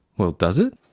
well, does it?